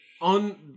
on